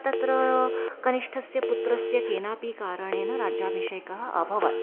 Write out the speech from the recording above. तत्र कनिष्ठस्य पुत्रस्य केनापि कारणेन राज्याभिषेकः अभवत्